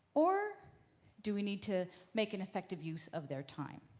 or do we need to make an effective use of their time?